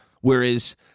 whereas